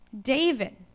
David